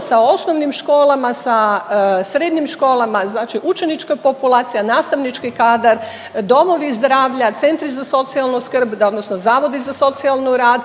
sa osnovnim školama, sa srednjim školama znači učenička populacija, nastavnički kadar, domovi zdravlja, centri za socijalnu skrb odnosno zavodi za socijalni rad